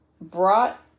brought